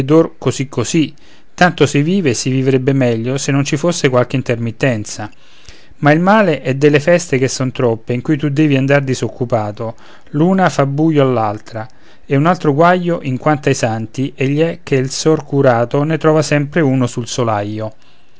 così così tanto si vive e si vivrebbe meglio se non ci fosse qualche intermittenza ma il male è delle feste che son troppe in cui tu devi andar disoccupato l'una fa buio all'altra e un altro guaio in quanto ai santi egli è che il sor curato ne trova sempre un nuovo sul solaio